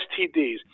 STDs